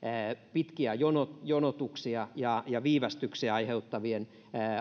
pitkiä jonotuksia jonotuksia ja ja viivästyksiä aiheuttavien